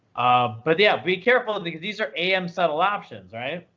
um but yeah, be careful because these are am settled options, right?